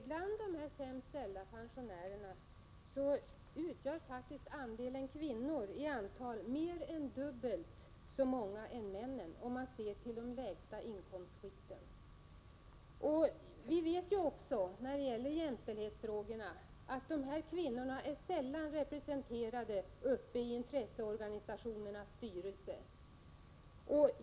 Herr talman! När det gäller de sämst ställda pensionärerna är kvinnorna faktiskt dubbelt så många som männen, i de lägsta inkomstskikten. Vidare är de här kvinnorna vid behandling av jämställdhetsfrågor sällan representerade i intresseorganisationernas styrelser.